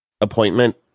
appointment